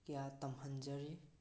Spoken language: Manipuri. ꯀꯌꯥ ꯇꯝꯍꯟꯖꯔꯤ